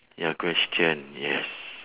your question yes